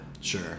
sure